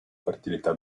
fertilità